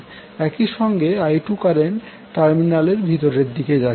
একই সঙ্গে I2 current টার্মিনালের ভিতর দিকে যাচ্ছে